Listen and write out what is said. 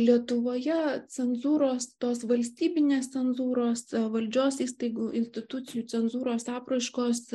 lietuvoje cenzūros tos valstybinės cenzūros valdžios įstaigų institucijų cenzūros apraiškos